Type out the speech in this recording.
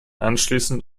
anschließend